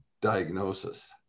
diagnosis